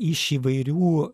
iš įvairių